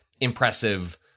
impressive